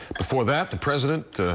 before that, the president